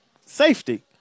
safety